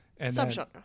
Subgenre